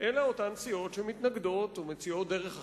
אלא אותן סיעות שמתנגדות ומציעות דרך אחרת.